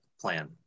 plan